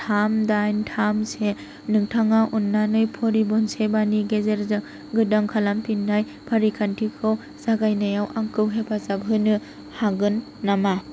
थाम दाइन थाम से नोंथाङा अन्नानै परिबहन सेभानि गेजेरजों गोदान खालामफिननाय फारिखान्थिखौ जागायनायाव आंखौ हेफाजाब होनो हागोन नामा